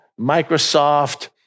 Microsoft